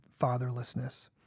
fatherlessness